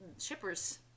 shippers